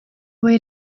wait